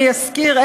מי ישכיר,